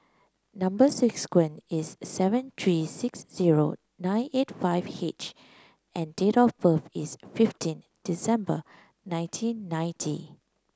number is seven three six zero nine eight five H and date of birth is fifteen December nineteen ninety